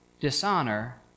dishonor